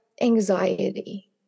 anxiety